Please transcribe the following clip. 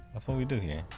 that's what we do here